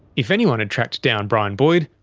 if anyone had tracked down brian boyd,